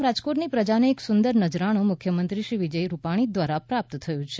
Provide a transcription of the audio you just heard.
આમ રાજકોટની પ્રજાને એક સુંદર નજરાણું મુખ્યમંત્રીશ્રી વિજયભાઇ રૂપાણી દ્વારા પ્રાપ્ત થયું છે